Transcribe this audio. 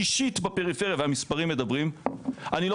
שישית בפריפריה והמספרים מדברים אני לא